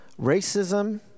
Racism